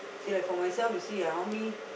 see lah for myself you see lah how many